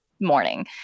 morning